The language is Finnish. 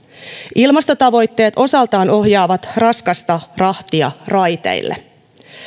ilmastotavoitteet osaltaan ohjaavat raskasta rahtia raiteille